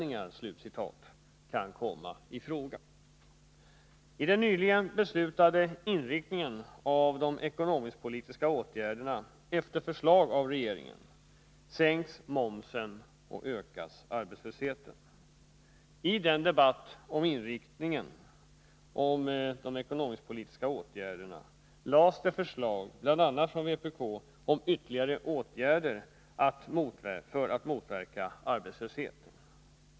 Den på grundval av regeringens förslag nyligen beslutade inriktningen av de ekonomisk-politiska åtgärderna innebär att momsen sänks och arbetslösheten ökas. I debatten om inriktningen av de ekonomisk-politiska åtgärderna lades det fram förslag från bl.a. vpk om ytterligare åtgärder för att motverka arbetslösheten.